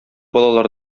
балалар